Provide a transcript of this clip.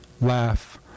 laugh